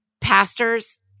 pastors